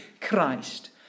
Christ